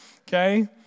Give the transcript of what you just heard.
okay